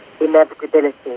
inevitability